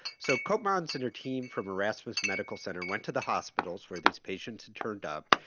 so koopmans and her team from erasmus medical center went to the hospitals where these patients had turned up.